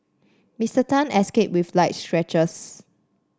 Mister Tan escaped with light scratches